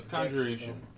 Conjuration